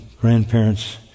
grandparents